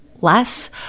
less